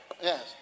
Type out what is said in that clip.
Yes